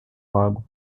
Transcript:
lago